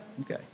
Okay